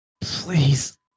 Please